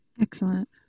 Excellent